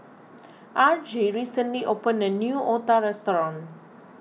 Argie recently opened a new Otah restaurant